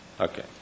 Okay